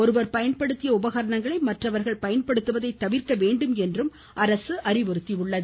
ஒருவர் பயன்படுத்திய உபகரணங்களை மற்றவர்கள் பயன்படுத்துவதை தவிர்க்க வேண்டும் என்றும் அறிவுறுத்தியுள்ளது